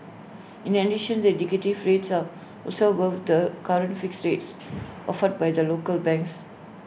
in addition the indicative rates are also above the current fixed rates offered by the local banks